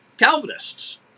Calvinists